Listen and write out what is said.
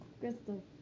Crystal